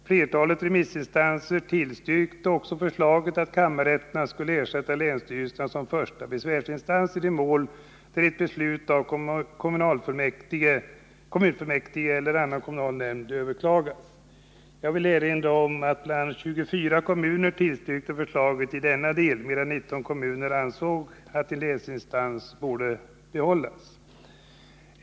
Flertalet remissinstanser tillstyrkte också förslaget att kammarrätterna skulle ersätta länsstyrelserna som första besvärsinstans i de mål där ett beslut av kommunfullmäktige eller en kommunal nämnd överklagas. Jag vill erinra om att bl.a. 24 kommuner tillstyrkte förslaget i denna del, medan 19 kommuner ansåg att en länsinstans borde behållas.